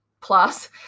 plus